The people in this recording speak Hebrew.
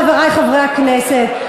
חברי חברי הכנסת,